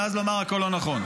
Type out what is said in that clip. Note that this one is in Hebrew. ואז לומר: הכול לא נכון.